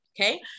Okay